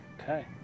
Okay